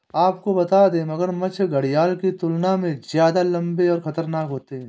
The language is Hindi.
आपको बता दें, मगरमच्छ घड़ियाल की तुलना में ज्यादा लम्बे और खतरनाक होते हैं